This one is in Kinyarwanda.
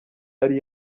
yari